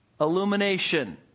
illumination